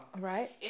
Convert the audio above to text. Right